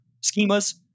Schemas